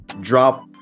drop